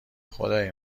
خدای